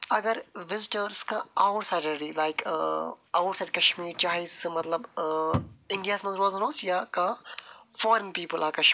اَگر وِزٹٲرٕس کانٛہہ outsider یی لایک ٲں آوُٹ سایڈ کَشمیر چاہے سُہ مطلب ٲں اِنڈیا ہَس منٛز روزَن اوس یا کانٛہہ فارِین پیٖپٕل آف کَشمیٖر